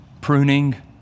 pruning